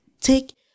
Take